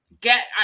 get